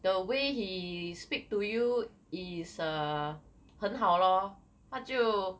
the way he speak to you is err 很好 lor 他就